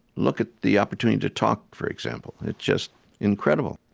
look at the opportunity to talk, for example. it's just incredible.